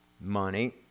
money